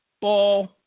ball